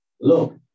Look